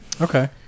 Okay